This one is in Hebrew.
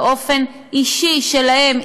באופן אישי שלהם,